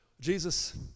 Jesus